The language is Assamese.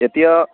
এতিয়া